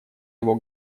его